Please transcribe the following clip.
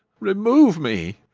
remove me!